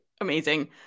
Amazing